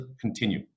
continue